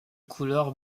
couleur